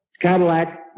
Cadillac